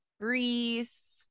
greece